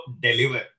deliver